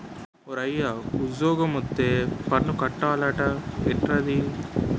ఓరయ్యా ఉజ్జోగమొత్తే పన్ను కట్టాలట ఏట్రది